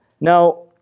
now